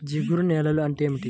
జిగురు నేలలు అంటే ఏమిటీ?